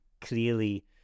clearly